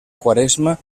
quaresma